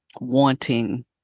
wanting